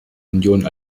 union